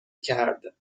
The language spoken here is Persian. کرد